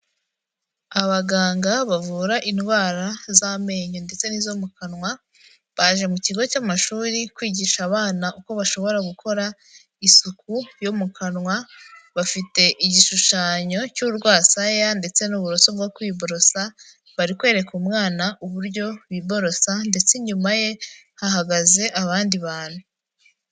Abaganga bavura indwara z'amenyo ndetse n'izo mu kanwa, baje mu kigo cy'amashuri kwigisha abana uko bashobora gukora isuku yo mu kanwa, bafite igishushanyo cy'urwasaya ndetse n'uburoso bwo kwiborosa, bari kwereka umwana uburyo biborosa ndetse inyuma ye hahagaze abandi bantu.